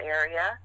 area